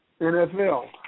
NFL